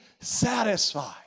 satisfied